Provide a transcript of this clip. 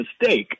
mistake